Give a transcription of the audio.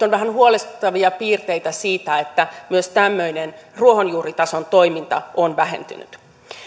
on vähän huolestuttavia piirteitä siitä että myös tämmöinen ruohonjuuritason toiminta on vähentynyt